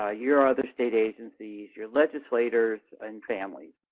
ah your other state agencies, your legislators and family.